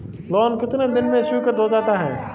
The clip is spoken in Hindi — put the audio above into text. लोंन कितने दिन में स्वीकृत हो जाता है?